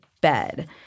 bed